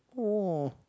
oh